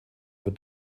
wird